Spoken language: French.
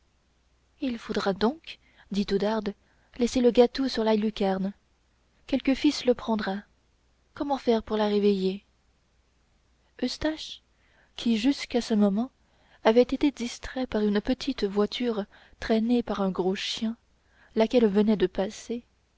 il faudra donc dit oudarde laisser le gâteau sur la lucarne quelque fils le prendra comment faire pour la réveiller eustache qui jusqu'à ce moment avait été distrait par une petite voiture traînée par un gros chien laquelle venait de passer